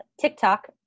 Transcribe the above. TikTok